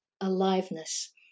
aliveness